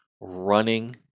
running